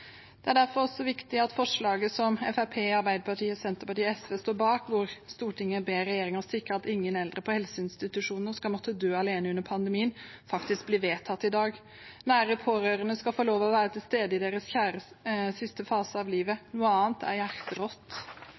Det er derfor så viktig at forslaget som Fremskrittspartiet, Arbeiderpartiet, Senterpartiet og SV står bak, hvor Stortinget ber regjeringen sikre at ingen eldre på helseinstitusjoner skal måtte dø alene under pandemien, faktisk blir vedtatt i dag. Nære pårørende skal få lov til å være til stede i deres kjæres siste fase av livet. Noe annet er hjerterått.